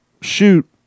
shoot